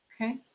Okay